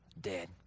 dead